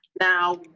Now